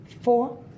Four